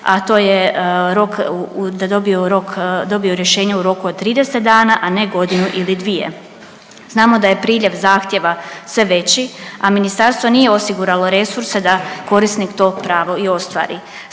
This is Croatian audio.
rok, da dobiju rješenje u roku od 30 dana, a ne godinu ili dvije. Znamo da je priljev zahtjeva sve veći, a ministarstvo nije osiguralo resurse da korisnik to pravo i ostvari.